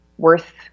worth